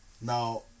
Now